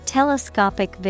Telescopic